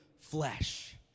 flesh